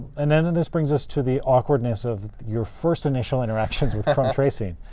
and then then this brings us to the awkwardness of your first initial interactions with chrome tracing,